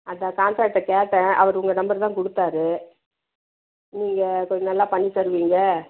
அதுதான் காண்ட்ராக்கிட்ட கேட்டேன் அவர் உங்கள் நம்பர் தான் கொடுத்தாரு நீங்கள் கொஞ்சம் நல்லா பண்ணி தருவீங்க